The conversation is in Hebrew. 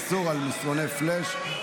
איסור על מסרוני פלאש),